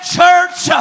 church